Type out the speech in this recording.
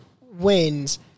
wins